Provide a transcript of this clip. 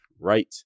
right